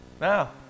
Now